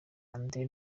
andre